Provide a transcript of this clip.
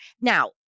now